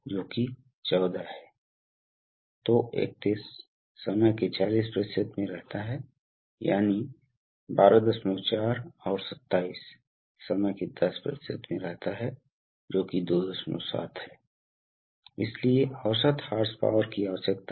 और फिर 6 पर वाल्व और सिलेंडर को वितरित करने के लिए दबाव रेगुलेटर्के साथ उपयोग करें लगभग 60 psig जानते हैं एक बहुत ही विशिष्ट आंकड़ा है